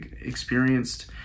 experienced